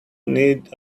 needs